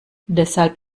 deshalb